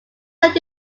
let